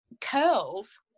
curls